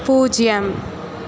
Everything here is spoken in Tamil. பூஜ்ஜியம்